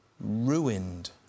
Ruined